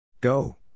Go